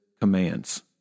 commands